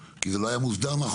כי קודם זה לא היה מוסדר נכון.